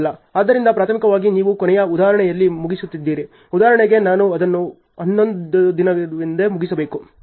ಆದ್ದರಿಂದ ಪ್ರಾಥಮಿಕವಾಗಿ ನೀವು ಕೊನೆಯ ಉದಾಹರಣೆಯಲ್ಲಿ ಮುಗಿಸುತ್ತಿದ್ದೀರಿ ಉದಾಹರಣೆಗೆ ನಾನು ಅದನ್ನು ಹನ್ನೊಂದನೇ ದಿನದಂದು ಮುಗಿಸಬೇಕು